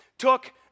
took